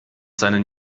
seinen